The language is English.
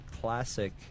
classic